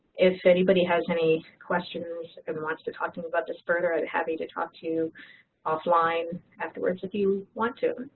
if anybody has any questions and wants to talk to me about this further i'm happy to talk to you offline afterwards if you want to.